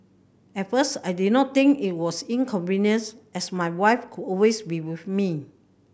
at first I did not think it was inconvenience as my wife could always be with me